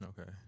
Okay